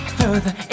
further